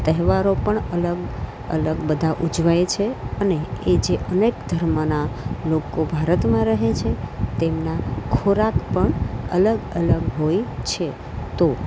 તહેવારો પણ અલગ અલગ બધા ઉજવાય છે અને એ જે અનેક ધર્મનાં લોકો ભારતમાં રહે છે તેમના ખોરાક પણ અલગ અલગ હોય છે તો